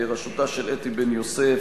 בראשותה של אתי בן-יוסף,